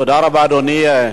תודה רבה, אדוני.